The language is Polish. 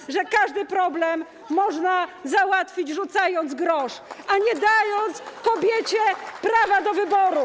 że uważacie, że każdy problem można załatwić, rzucając grosz, a nie dając kobiecie prawa do wyboru.